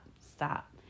Stop